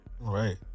Right